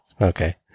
Okay